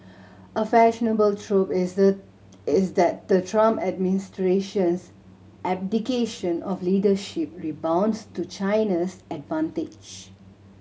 a fashionable trope is the is that the Trump administration's abdication of leadership rebounds to China's advantage